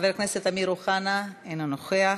חבר הכנסת אמיר אוחנה, אינו נוכח,